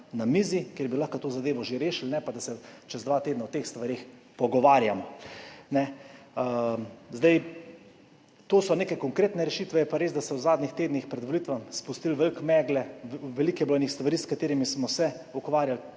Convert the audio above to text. na mizi, kjer bi lahko to zadevo že rešili, ne pa da se čez dva tedna o teh stvareh pogovarjamo. To so neke konkretne rešitve. Je pa res, da se je v zadnjih tednih pred volitvami spustilo veliko megle, veliko je bilo nekih stvari, s katerimi smo se ukvarjali.